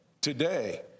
Today